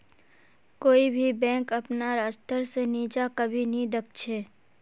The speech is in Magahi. कोई भी बैंक अपनार स्तर से नीचा कभी नी दख छे